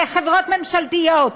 לחברות ממשלתיות.